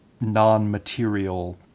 non-material